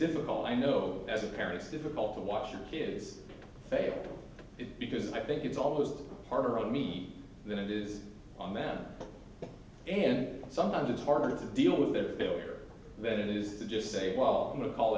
difficult i know as a parent is difficult to watch your kids face it because i think it's almost harder on me than it is on man and sometimes it's harder to deal with the builder than it is to just say well i'm going to call